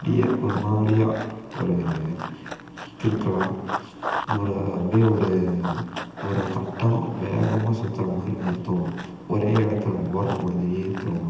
அப்படியே ஒரு மாதிரியா ஒரு கிறுக்கலாம் ஒரு அப்படியே ஒரு ஒரு தட்டம் வேகமாக சுற்றுற மாதிரி ஒரு தோணும் ஒரே இடத்துல ஓடுகிற மாதிரியே தோணும்